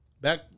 Back